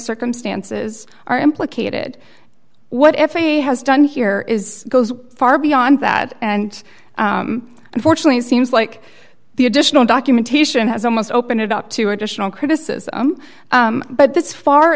circumstances are implicated what f a has done here is goes far beyond that and unfortunately it seems like the additional documentation has almost opened it up to additional criticism but this far